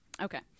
Okay